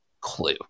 clue